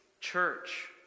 church